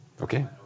Okay